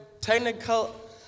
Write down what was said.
technical